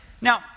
now